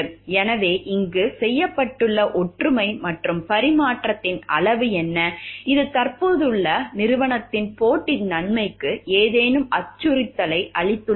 எனவே இங்கு செய்யப்பட்டுள்ள ஒற்றுமை மற்றும் பரிமாற்றத்தின் அளவு என்ன இது தற்போதுள்ள நிறுவனத்தின் போட்டி நன்மைக்கு ஏதேனும் அச்சுறுத்தலை அளித்துள்ளதா